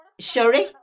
Sorry